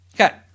Okay